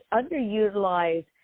underutilized